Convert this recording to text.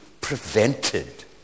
prevented